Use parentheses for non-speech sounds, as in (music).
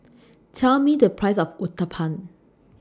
(noise) Tell Me The Price of Uthapam